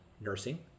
Nursing